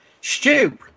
Stu